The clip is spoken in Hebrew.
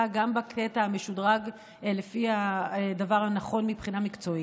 גם בקטע המשודרג לפי הדבר הנכון מבחינה מקצועית.